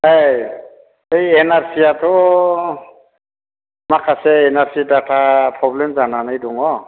ओइ बै एनआरसिआथ' माखासे N R C data problem जानानै दङ